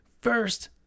first